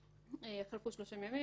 חלפו 30 ימים,